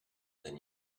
than